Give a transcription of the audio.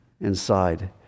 inside